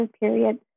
period